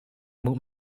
moet